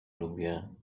lubię